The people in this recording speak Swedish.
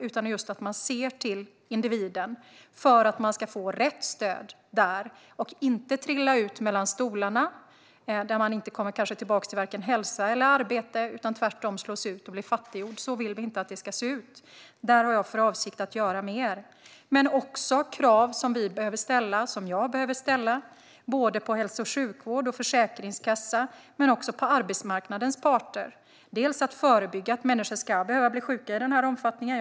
De ska se till att individen får rätt stöd och inte trillar mellan stolarna, för då kommer man kanske inte tillbaka till vare sig hälsa eller arbete utan slås tvärtom ut och blir fattig. Så vill vi inte att det ska se ut, och där har jag för avsikt att göra mer. Det finns också krav som jag behöver ställa såväl på hälso och sjukvården och Försäkringskassan som på arbetsmarknadens parter för att förebygga att människor blir sjuka i den här omfattningen.